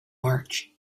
march